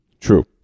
True